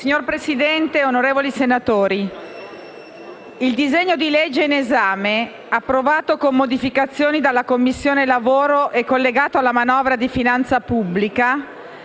Signor Presidente, onorevoli senatori, il disegno di legge in esame, approvato con modificazioni dalla 11a Commissione e collegato alla manovra di finanza pubblica,